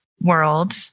world